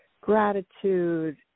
gratitude